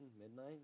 midnight